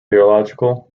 theological